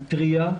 היא טרייה,